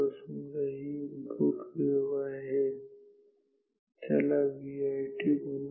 समजा ही इनपुट वेळ आहे त्याला Vi म्हणा